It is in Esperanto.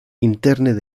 interne